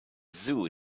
zoo